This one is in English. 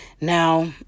Now